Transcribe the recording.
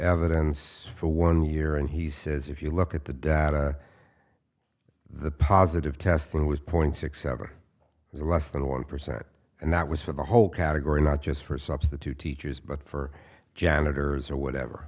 evidence for one year and he says if you look at the data the positive test was point six seven it was less than one percent and that was for the whole category not just for substitute teachers but for janitors or whatever